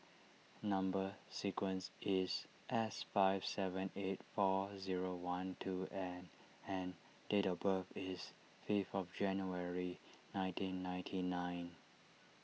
Number Sequence is S five seven eight four zero one two N and date of birth is fifth of January nineteen ninety nine